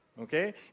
okay